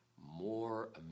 more